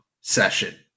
session